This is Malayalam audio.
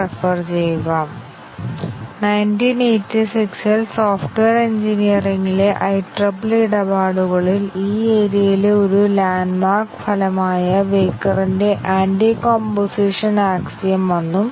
1986 ൽ സോഫ്റ്റ്വെയർ എഞ്ചിനീയറിംഗിലെ IEEE ഇടപാടുകളിൽ ഈ ഏരിയയിലെ ഒരു ലാൻഡ് മാർക്ക് ഫലമായ വെയ്ക്കറിന്റെ anti composition axiom Weyukar's Anti composition axiom വന്നു